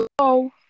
Hello